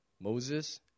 Moses